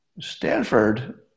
Stanford